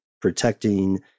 protecting